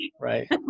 right